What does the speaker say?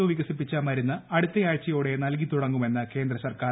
O വികസിപ്പിച്ച മരുന്ന് അടുത്തയാഴ്ചയോടെ നൽകി തുടങ്ങുമെന്ന് കേന്ദ്ര സർക്കാർ